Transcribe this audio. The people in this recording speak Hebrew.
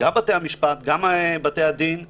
גם בתי-המשפט, גם בתי הדין למיניהם,